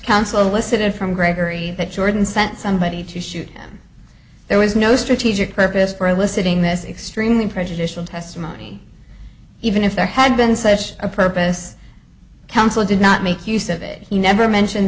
council listed it from gregory that jordan sent somebody to shoot him there was no strategic purpose for eliciting this extremely prejudicial testimony even if there had been such a purpose counsel did not make use of it he never mentioned